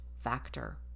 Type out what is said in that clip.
factor